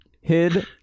hid